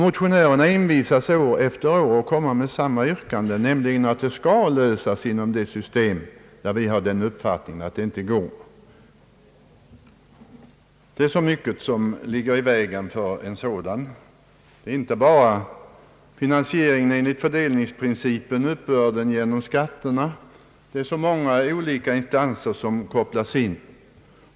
Motionärerna envisas att år efter år framställa samma yrkande, nämligen att detta problem skall lösas inom ett system, där det enligt vår uppfattning inte går att lösa. Det är så mycket som ligger i vägen för en sådan lösning, inte bara principen om finansiering enligt fördelningsprincipen och uppbörd genom skatterna. Det är så många olika instanser som kopplas in.